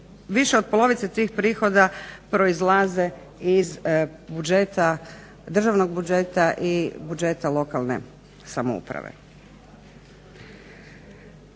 više od polovice tih prihoda proizlaze iz državnog budžeta i budžeta lokalne samouprave.